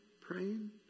praying